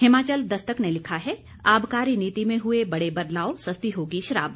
हिमाचल दस्तक ने लिखा है आबकारी नीति में हए बड़े बदलाव सस्ती होगी शराब